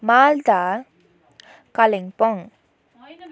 Malda Kalimpong